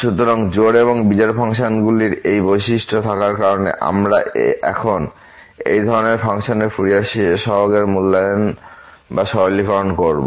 সুতরাং জোড় এবং বিজোড় ফাংশনগুলির এই বৈশিষ্ট্যগুলি থাকার কারণে আমরা এখন এই ধরনের ফাংশনের জন্য ফুরিয়ার সহগের মূল্যায়ন বা সরলীকরণ করব